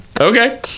okay